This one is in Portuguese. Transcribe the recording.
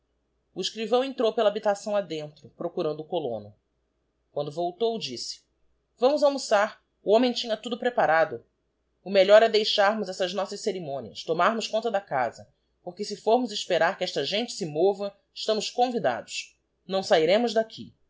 escrivão entrou pela habitação a dentro procurando o colono quando voltou disse vamos almoçar o homem tinha tudo preparado o melhor é deixarmos essas nossas cerimonias tomarmos conta da casa porque si formos esperar que esta gente se mova estamos convidados não sahiremos d'aqui